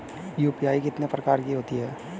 UPI कितने प्रकार की होती हैं?